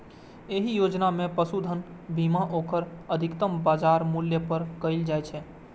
एहि योजना मे पशुधनक बीमा ओकर अधिकतम बाजार मूल्य पर कैल जाइ छै